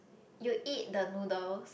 you eat the noodles